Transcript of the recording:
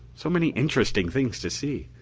so many interesting things to see.